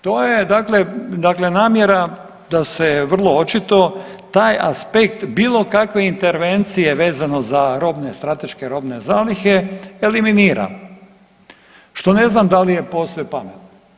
To je dakle, dakle namjera da se vrlo očito taj aspekt bilo kakve intervencije vezano za robne, strateške robne zalihe eliminira, što ne znam da li je posve pametno.